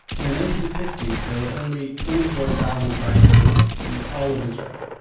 in the nineteen sixty s there were only twenty four thousand private vehicles in all of israel,